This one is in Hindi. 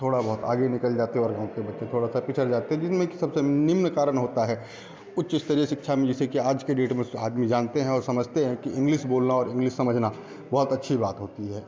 थोड़ा बहुत आगे निकल जाते हैं और गाँव के बच्चे थोड़ा सा पीछड़ जाते हैं जिनमें कि सबसे निम्न कारण होता है उच्च स्तरीय शिक्षा में जैसे कि आज के डेट में आदमी जानते हैं और समझते हैं कि इंग्लिश बोलना और इंग्लिश समझना बहुत अच्छी बात होती है